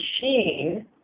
machine